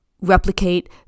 replicate